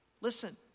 Listen